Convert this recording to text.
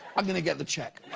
i'm going to get the check.